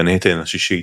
מנהטן – השישית,